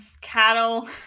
cattle